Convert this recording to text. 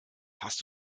hast